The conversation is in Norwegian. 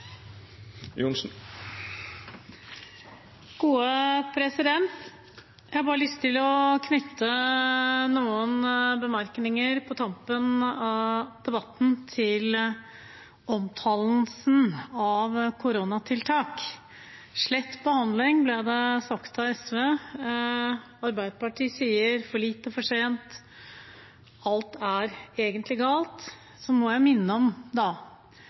Jeg har lyst til å knytte noen bemerkninger på tampen av debatten til omtalen av koronatiltak. Slett behandling, ble det sagt av SV. Arbeiderpartiet sier for lite for sent – alt er egentlig galt. Jeg må minne om